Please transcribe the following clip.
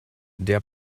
der